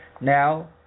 Now